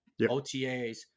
OTAs